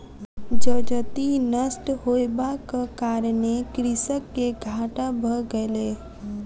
जजति नष्ट होयबाक कारणेँ कृषक के घाटा भ गेलै